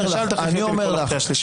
אל תכריחי אותי לקרוא אותך בקריאה שלישית.